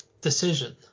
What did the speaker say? decision